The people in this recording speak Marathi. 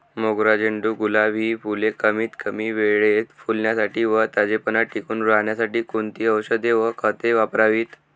मोगरा, झेंडू, गुलाब हि फूले कमीत कमी वेळेत फुलण्यासाठी व ताजेपणा टिकून राहण्यासाठी कोणती औषधे व खते वापरावीत?